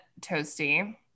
Toasty